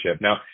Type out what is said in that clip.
Now